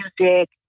music